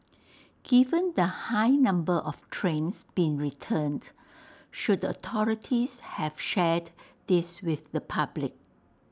given the high number of trains being returned should the authorities have shared this with the public